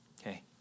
okay